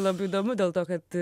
labai įdomu dėl to kad